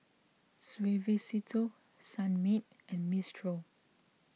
Suavecito Sunmaid and Mistral